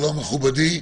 שלום מכובדי.